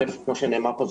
כמו שנאמר פה,